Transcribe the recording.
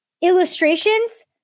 illustrations